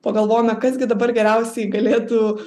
pagalvojome kas gi dabar geriausiai galėtų